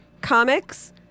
comics